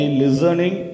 listening